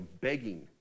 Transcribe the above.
begging